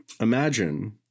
imagine